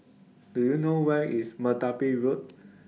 Do YOU know Where IS Merpati Road